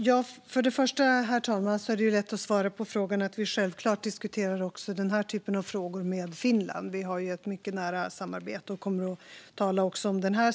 Herr talman! Frågan om dialog är lätt att svara på. Vi diskuterar självklart också denna typ av frågor med Finland. Vi har ju ett mycket nära samarbete och kommer att tala också om den saken.